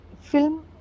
film